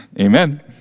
Amen